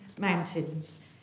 mountains